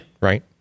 Right